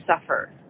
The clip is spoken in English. suffer